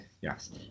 Yes